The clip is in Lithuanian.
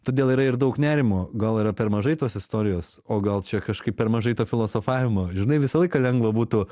todėl yra ir daug nerimo gal yra per mažai tos istorijos o gal čia kažkaip per mažai to filosofavimo žinai visą laiką lengva būtų